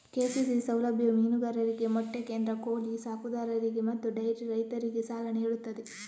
KCC ಸೌಲಭ್ಯವು ಮೀನುಗಾರರಿಗೆ, ಮೊಟ್ಟೆ ಕೇಂದ್ರ, ಕೋಳಿ ಸಾಕುದಾರರಿಗೆ ಮತ್ತು ಡೈರಿ ರೈತರಿಗೆ ಸಾಲ ನೀಡುತ್ತದೆ